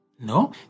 no